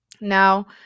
Now